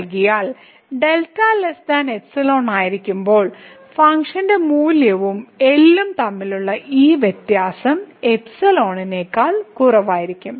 നൽകിയാൽ ആയിരിക്കുമ്പോൾ ഫംഗ്ഷൻ മൂല്യവും L ഉം തമ്മിലുള്ള ഈ വ്യത്യാസം നേക്കാൾ കുറവായിരിക്കും